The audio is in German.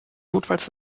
notfalls